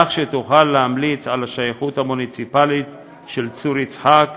כך שתוכל להמליץ על השייכות המוניציפלית של צור יצחק,